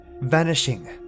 vanishing